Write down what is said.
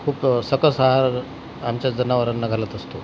खूप सकस आहार आमच्या जनावरांना घालत असतो